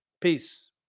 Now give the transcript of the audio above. Peace